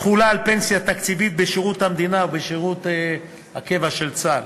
תחולה על פנסיה תקציבית בשירות המדינה ובשירות הקבע בצה"ל,